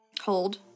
Hold